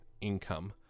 income